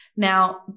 Now